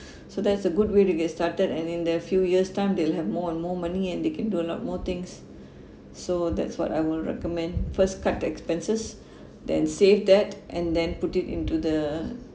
so that's a good way to get started and in the few years time they will have more and more money and they can do a lot more things so that's what I will recommend first cut expenses then save that and then put it into the